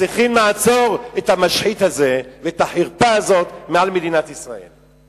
צריכים לעצור את המשחית הזה ואת החרפה הזאת מעל מדינת ישראל.